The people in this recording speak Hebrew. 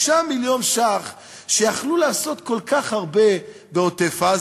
9 מיליון שקל שיכלו לעשות כל כך הרבה בעוטף-עזה,